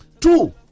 Two